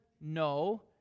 No